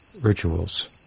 rituals